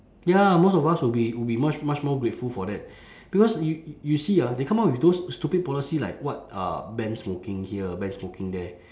ya most of us would be would be much much more grateful for that because you you you see ah they come up with those stupid policy like what uh ban smoking here ban smoking there